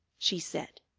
she said.